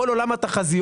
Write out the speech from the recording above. כל עולם התחזיות,